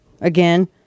again